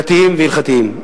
דתיים והלכתיים.